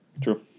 True